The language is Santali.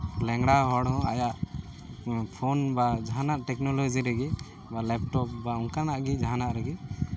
ᱞᱮᱝᱲᱟ ᱦᱚᱲ ᱦᱚᱸ ᱟᱭᱟᱜ ᱯᱷᱳᱱ ᱵᱟ ᱡᱟᱦᱟᱱᱟᱜ ᱴᱮᱠᱱᱳᱞᱚᱡᱤ ᱨᱮᱜᱮ ᱵᱟ ᱞᱮᱯᱴᱚᱯ ᱵᱟ ᱚᱱᱠᱟᱱᱟᱜ ᱜᱮ ᱡᱟᱦᱟᱱᱟᱜ ᱨᱮᱜᱮ